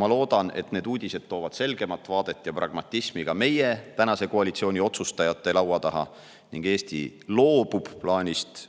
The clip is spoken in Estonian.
Ma loodan, et need uudised toovad selgemat vaadet ja pragmatismi ka meie tänase koalitsiooni otsustajate laua taha ning Eesti loobub plaanist